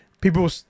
people